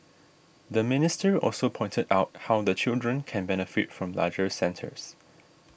the minister also pointed out how the children can benefit from larger centres